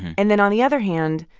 and then on the other hand,